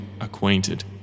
acquainted